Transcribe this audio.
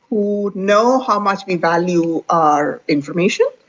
who know how much we value our information,